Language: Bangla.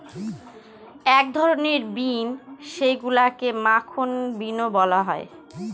এক ধরনের বিন যেইগুলাকে মাখন বিনও বলা হয়